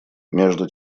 между